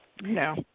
No